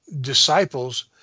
Disciples